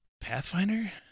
Pathfinder